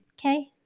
Okay